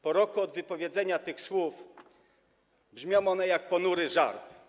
Po roku od wypowiedzenia tych słów brzmią one jak ponury żart.